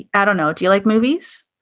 i don't know. do you like movies?